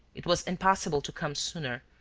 it was impossible to come sooner.